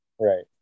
Right